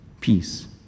Peace